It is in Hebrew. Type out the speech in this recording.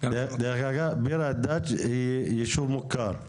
דרך אגב ביר הדאג' היא יישוב מוכר,